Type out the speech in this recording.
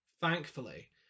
thankfully